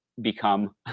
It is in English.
become